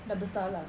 dah besar lah